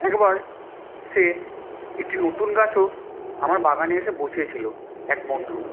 একবার সে একটি নতুন গাছও আমার বাগানে এসে বসিয়ে ছিলো এক বন্ধু